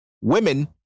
Women